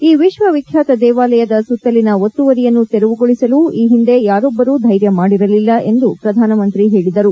ಈ ವಿಶ್ವ ವಿಖ್ಠಾತ ದೇವಾಲಯದ ಸುತ್ತಲಿನ ಒತ್ತುವರಿಯನ್ನು ತೆರವುಗೊಳಿಸಲು ಈ ಹಿಂದೆ ಯಾರೊಬ್ಬರೂ ಧೈರ್ಯ ಮಾಡಿರಲಿಲ್ಲ ಎಂದು ಪ್ರಧಾನಮಂತ್ರಿ ಹೇಳಿದರು